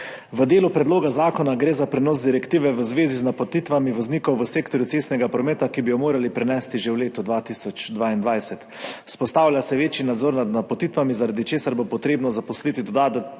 V delu predloga zakona gre za prenos direktive v zvezi z napotitvami voznikov v sektorju cestnega prometa, ki bi jo morali prenesti že v letu 2022. Vzpostavlja se večji nadzor nad napotitvami, zaradi česar bo treba zaposliti